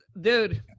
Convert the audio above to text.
dude